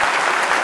(מחיאות כפיים)